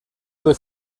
due